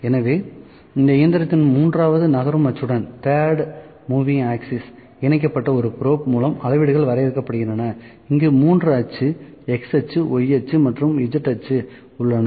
எனவே இந்த இயந்திரத்தின் மூன்றாவது நகரும் அச்சுடன் இணைக்கப்பட்ட ஒரு ப்ரோப் மூலம் அளவீடுகள் வரையறுக்கப்படுகின்றன அங்கு 3 அச்சு X அச்சு Y அச்சு மற்றும் Z அச்சு உள்ளன